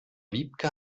wiebke